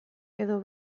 edo